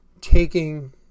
taking